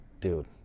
Dude